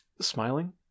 smiling